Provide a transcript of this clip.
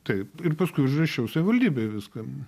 taip ir paskui užrašiau savivaldybėj viską